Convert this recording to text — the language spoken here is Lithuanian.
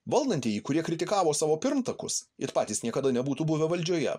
valdantieji kurie kritikavo savo pirmtakus ir patys niekada nebūtų buvę valdžioje